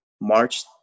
March